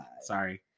Sorry